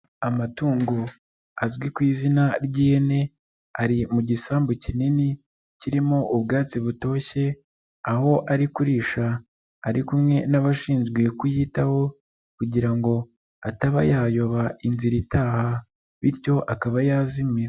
Amatungo azwi ku izina ry'ihene, ari mu gisambu kinini kirimo ubwatsi butoshye, aho ari kurisha ari kumwe n'abashinzwe kuyitaho kugira ngo ataba yayoba inzira itaha, bityo akaba yazimira.